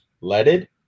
leaded